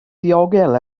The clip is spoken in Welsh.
ddiogel